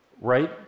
Right